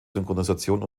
synchronisation